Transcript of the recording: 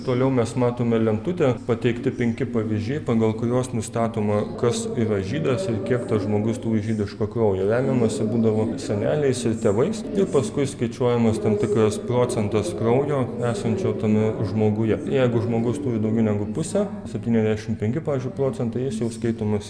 toliau mes matome lentutę pateikti penki pavyzdžiai pagal kuriuos nustatoma kas yra žydas ir kiek tas žmogus turi žydiško kraujo remiamasi būdavo seneliais ir tėvais ir paskui skaičiuojamas tam tikras procentas kraujo esančio tame žmoguje jeigu žmogus turi daugiau negu pusę septyniasdešim penki pavyzdžiui procentai jis jau skaitomas